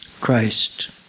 Christ